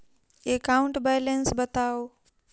account balance बताउ